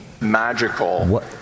Magical